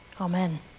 Amen